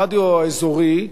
הרדיו האזורי,